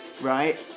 right